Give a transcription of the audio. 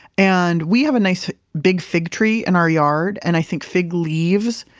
and we have a nice big fig tree in our yard, and i think fig leaves.